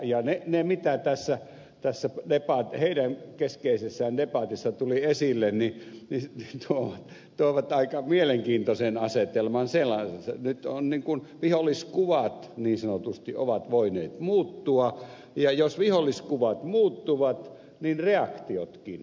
ne seikat mitä tässä heidän keskinäisessä debatissaan tuli esille tuovat aika mielenkiintoisen asetelman sellaisen että nyt niin kuin viholliskuvat niin sanotusti ovat voineet muuttua ja jos viholliskuvat muuttuvat niin reaktiotkin muuttuvat